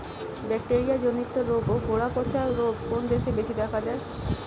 Bacteria জনিত রোগ ও গোড়া পচা রোগ কোন দেশে বেশি দেখা যায়?